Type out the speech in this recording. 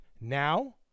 now